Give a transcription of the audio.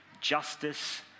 justice